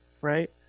right